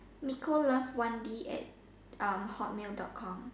Nicole love one D at Hotmail dot com